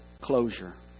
closure